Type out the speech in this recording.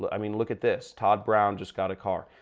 but i mean look at this. todd brown just got a car.